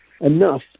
enough